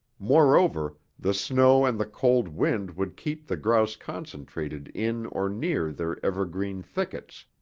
moreover, the snow and the cold wind would keep the grouse concentrated in or near their evergreen thickets,